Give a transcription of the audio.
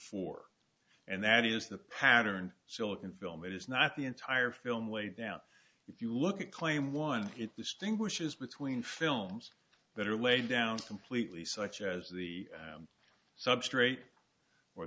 four and that is the pattern silicon film it is not the entire film laid down if you look at claim one it distinguishes between films that are laid down completely such as the substrate